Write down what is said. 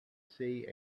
see